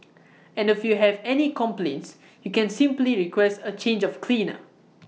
and if you have any complaints you can simply request A change of cleaner